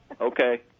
Okay